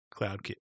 CloudKit